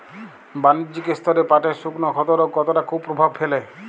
বাণিজ্যিক স্তরে পাটের শুকনো ক্ষতরোগ কতটা কুপ্রভাব ফেলে?